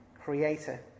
creator